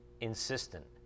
insistent